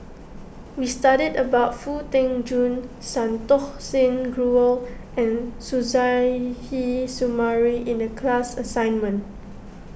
we studied about Foo Tee Jun Santokh Singh Grewal and Suzairhe Sumari in the class assignment